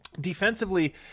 Defensively